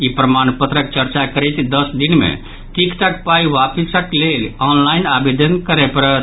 ई प्रमाण पत्रक चर्चा करैत दस दिन मे टिकटक पाई वापसिक लेल ऑनलाइन आवेदन करय पड़त